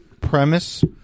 premise